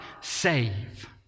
save